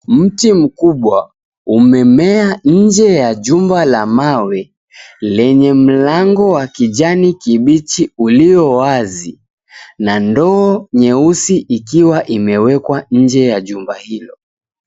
Mti mkubwa umemea nje ya jumba la mawe lenye mlango wa kijani kibichi uliyo wazi na ndoo nyeusi ikiwa imewekwa nje ya jumba hilo.